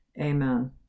amen